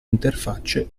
interfacce